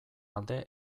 alde